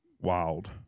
wild